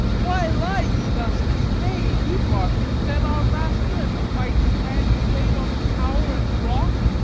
why lie ye thus dismayed? ye marked him, then, our master, and the mighty hand he laid on tower and rock,